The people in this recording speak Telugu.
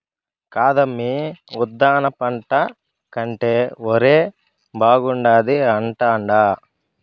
కాదమ్మీ ఉద్దాన పంట కంటే ఒరే బాగుండాది అంటాండా